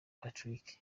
patrick